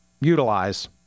utilize